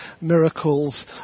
miracles